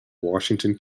washington